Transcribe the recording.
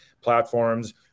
platforms